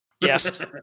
Yes